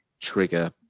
trigger